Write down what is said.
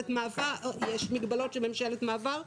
יש מגבלות של ממשלת מעבר.